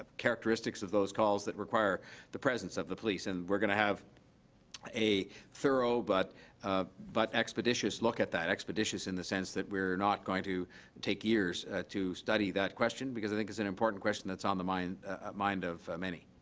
characteristics of those calls that require the presence of the police and we're gonna have a thorough but but expeditious look at that expeditious in the sense that we're not going to take years to study that question because i think it's an important question that's on the mind mind of many